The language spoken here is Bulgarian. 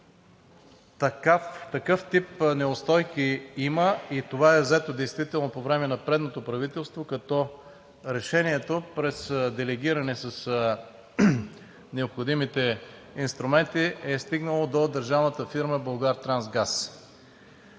такъв тип неустойки има и решението е взето действително по време на предното правителство, като решението е през делегиране с необходимите инструменти и е стигнало до държавната фирма „Булгартрансгаз“.